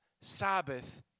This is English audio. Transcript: Sabbath